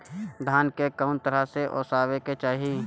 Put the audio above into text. धान के कउन तरह से ओसावे के चाही?